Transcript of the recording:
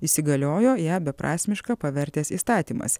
įsigaliojo ją beprasmiška pavertęs įstatymas